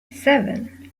seven